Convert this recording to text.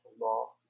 law